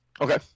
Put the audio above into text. Okay